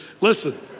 Listen